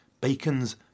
Bacon's